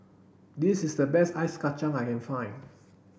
this is the best Ice Kachang I can find